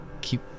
keep